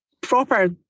proper